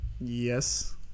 Yes